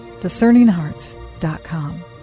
discerninghearts.com